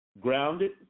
grounded